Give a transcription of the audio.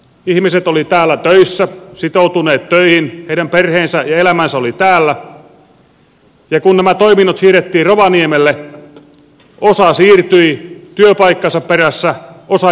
ihmiset olivat täällä töissä he olivat sitoutuneet töihin heidän perheensä ja elämänsä oli täällä ja kun nämä toiminnot siirrettiin rovaniemelle osa siirtyi työpaikkansa perässä osa jäi tänne